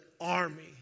army